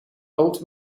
old